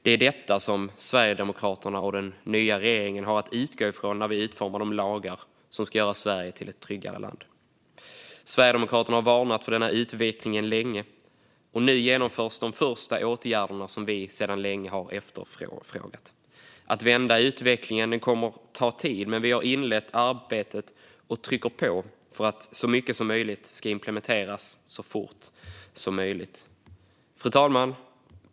Det är detta som Sverigedemokraterna och den nya regeringen har att utgå ifrån när vi utformar de lagar som ska göra Sverige till ett tryggare land. Sverigedemokraterna har varnat för denna utveckling länge, och nu genomförs de första åtgärder som vi sedan länge har efterfrågat. Att vända utvecklingen kommer att ta tid, men vi har inlett arbetet och trycker på för att så mycket som möjligt ska implementeras så fort som möjligt.